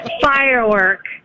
Firework